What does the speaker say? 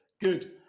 good